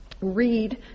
read